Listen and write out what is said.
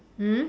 mm